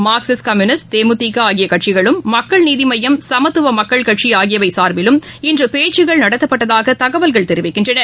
Marxist communist தேமுதிகஆகியகட்சிகளும் மக்கள் நீதிமய்யம் சமத்துவமக்கள் கட்சிஆகியவைசார்பிலும் இன்றுபேச்சுக்கள் நடத்தப்பட்டதாகதகவல்கள் தெரிவிக்கின்றன